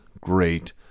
great